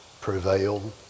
prevail